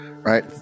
right